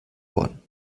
worden